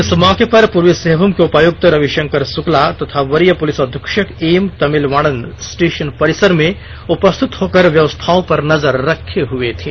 इस मौके पर पूर्वी सिंहमूम के उपायुक्त रविशंकर शुक्ला तथा वरीय पुलिस अधीक्षक एम तमिल वाणन स्टेशन परिसर में उपस्थित होकर व्यवस्थाओं पर नजर रखे हए थे